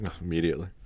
Immediately